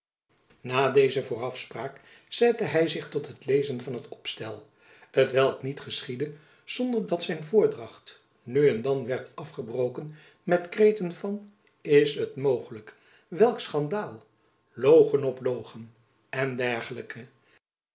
na deze voorafspraak zette hy zich tot het lezen van het opstel t welk niet geschiedde zonder dat jacob van lennep elizabeth musch zijn voordracht nu en dan werd afgebroken met kreten van is het mogelijk welk schandaal logen op logen en dergelijke